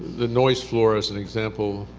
the noise floor, as an example,